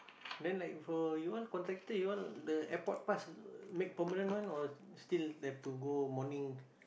then like for you want contractor you want the airport pass make permanent one or still have to go morning